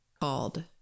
called